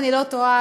אם אני לא טועה,